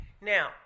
Now